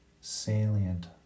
salient